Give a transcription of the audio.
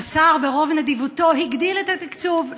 השר ברוב נדיבותו הגדיל את התקצוב.